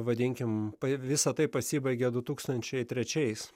vadinkim visa tai pasibaigė du tūkstančiai trečiais